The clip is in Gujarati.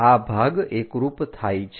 આ ભાગ એકરૂપ થાય છે